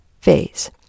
phase